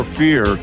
fear